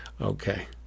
okay